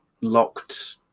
locked